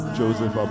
Joseph